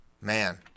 Man